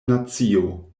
nacio